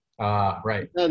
Right